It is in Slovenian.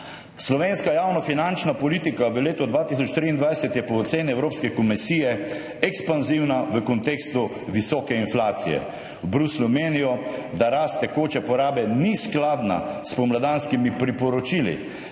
Slovenska javnofinančna politika v letu 2023 je po oceni Evropske komisije ekspanzivna v kontekstu visoke inflacije. V Bruslju menijo, da rast tekoče porabe ni skladna s spomladanskimi priporočili.